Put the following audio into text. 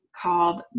called